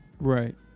Right